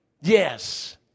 Yes